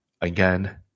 again